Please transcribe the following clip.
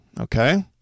Okay